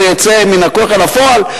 זה יצא מהכוח אל הפועל,